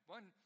One